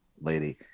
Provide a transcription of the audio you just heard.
lady